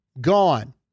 Gone